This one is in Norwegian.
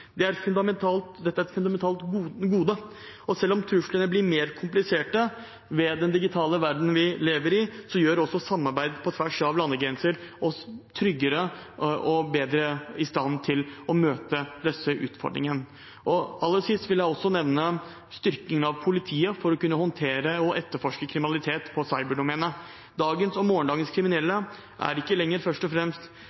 er et fundamentalt gode, og selv om truslene blir mer kompliserte ved den digitale verdenen vi lever i, gjør samarbeid på tvers av landegrenser oss tryggere og bedre i stand til å møte disse utfordringene. Aller sist vil jeg nevne styrking av politiet for å kunne håndtere og etterforske kriminalitet på cyberdomenet. Dagens og morgendagens